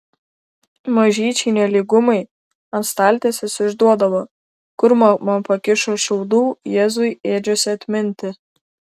mažyčiai nelygumai ant staltiesės išduodavo kur mama pakišo šiaudų jėzui ėdžiose atminti